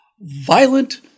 violent